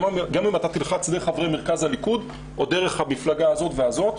גם אם אתה תלחץ דרך חברי מרכז הליכוד או דרך המפלגה הזאת והזאת,